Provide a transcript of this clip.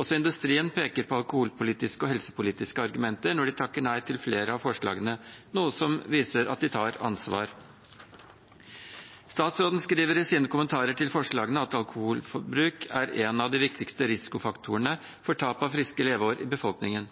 Også industrien peker på alkoholpolitiske og helsepolitiske argumenter når de takker nei til flere av forslagene, noe som viser at de tar ansvar. Statsråden skriver i sine kommentarer til forslagene at alkoholforbruk er en av de viktigste risikofaktorene for tap av friske leveår i befolkningen.